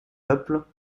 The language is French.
peuples